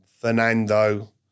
Fernando